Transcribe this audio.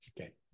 Okay